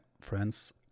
friends